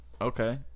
Okay